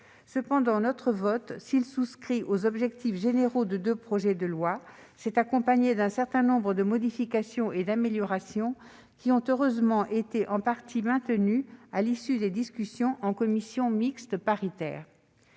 deux jours. Notre vote, s'il souscrit aux objectifs généraux des deux projets de loi, s'est accompagné d'un certain nombre de modifications et d'améliorations, qui ont heureusement été en partie maintenues à l'issue des discussions en commission mixte paritaire.